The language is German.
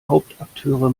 hauptakteure